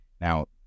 Now